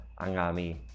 Angami